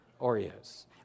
Oreos